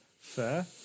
Fair